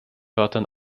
wörtern